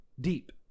deep